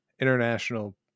international